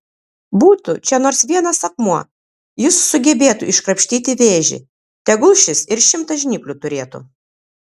būtų čia nors vienas akmuo jis sugebėtų iškrapštyti vėžį tegul šis ir šimtą žnyplių turėtų